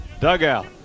dugout